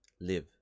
live